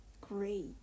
great